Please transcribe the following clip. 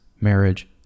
marriage